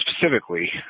specifically